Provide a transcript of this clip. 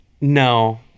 No